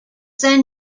then